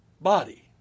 body